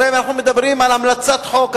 הרי אנחנו מדברים על המלצת חוק,